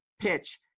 PITCH